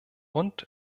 und